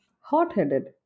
hot-headed